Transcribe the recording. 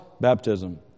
baptism